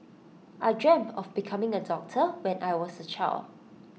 I dreamt of becoming A doctor when I was A child